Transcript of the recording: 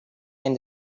and